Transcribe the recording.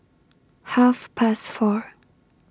Half Past four